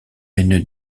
une